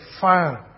fire